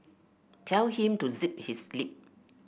tell him to zip his lip